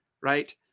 right